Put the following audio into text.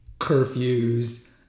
curfews